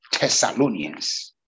Thessalonians